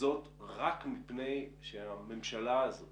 וזאת רק מפני שהממשלה הזאת